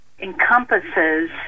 encompasses